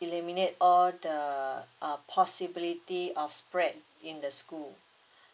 eliminate all the uh possibility of spread in the school